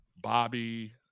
Bobby –